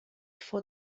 for